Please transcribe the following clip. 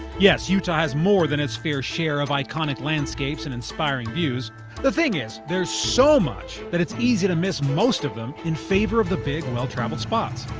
yes, utah has more than its fair share of iconic landscapes and inspiring views the thing is there's so much that it's easy to miss most of them in favor of the big, well-traveled spots.